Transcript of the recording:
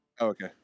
Okay